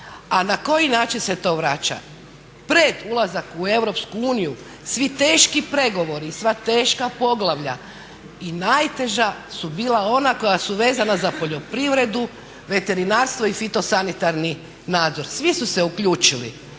A na koji način se to vraća? Pred ulazak u EU svi teški pregovori, sva teža poglavlja i najteža su bila ona koja su vezana za poljoprivredu, veterinarstvo i fitosanitarni nadzor. Svi su se uključili